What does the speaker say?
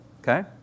Okay